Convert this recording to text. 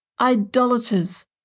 idolaters